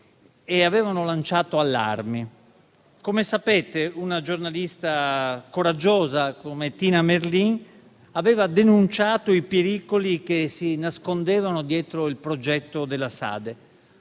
e lanciato allarmi. Come sapete, una giornalista coraggiosa come Tina Merlin aveva denunciato i pericoli che si nascondevano dietro il progetto della SADE.